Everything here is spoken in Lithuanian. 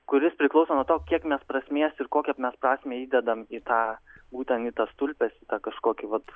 kuris priklauso nuo to kiek mes prasmės ir kokią mes prasmę įdedam į tą būtent į tas tulpes kažkokį vat